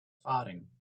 farting